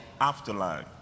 afterlife